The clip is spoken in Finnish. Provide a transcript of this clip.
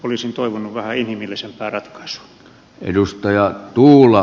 olisin toivonut vähän inhimillisempää ratkaisua